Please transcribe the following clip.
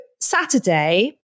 Saturday